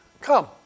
come